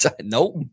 Nope